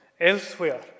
elsewhere